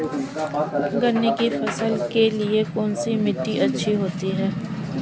गन्ने की फसल के लिए कौनसी मिट्टी अच्छी होती है?